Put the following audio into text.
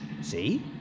See